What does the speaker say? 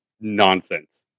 nonsense